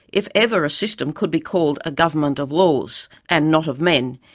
if ever a system could be called a government of laws, and not of men,